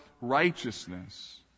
righteousness